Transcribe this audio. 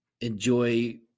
enjoy